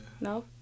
No